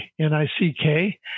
N-I-C-K